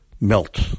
melt